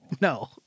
No